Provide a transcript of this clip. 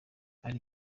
ari